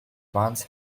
once